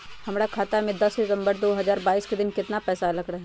हमरा खाता में दस सितंबर दो हजार बाईस के दिन केतना पैसा अयलक रहे?